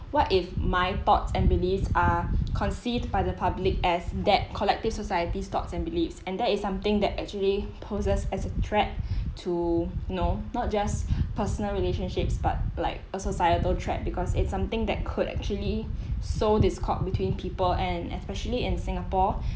what if my thoughts and beliefs are conceived by the public as that collective society thoughts and beliefs and that is something that actually poses as a threat to you know not just personal relationships but like a societal threat because it's something that could actually sow discord between people and especially in singapore